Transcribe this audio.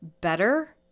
better